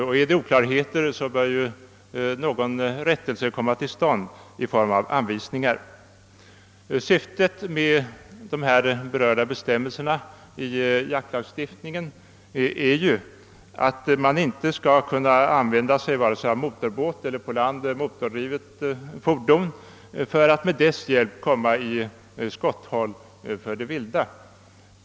Och är det oklarheter bör rättelse komma till stånd i form av anvisningar. Syftet med de berörda bestämmelserna i jaktlagstiftningen är att man inte skall kunna använda vare sig motorbåt eller på land motordrivet fordon för att med dessas hjälp få det vilda inom skotthåll.